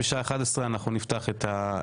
בשעה 11:00 נתכנס שוב.